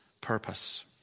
purpose